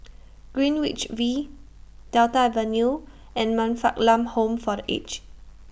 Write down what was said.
Greenwich V Delta Avenue and Man Fatt Lam Home For The Aged